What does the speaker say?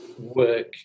work